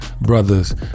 brothers